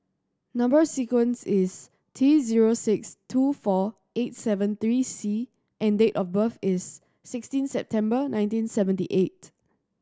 number sequence is T zero six two four eight seven three C and date of birth is sixteen September nineteen seventy eight